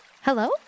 Hello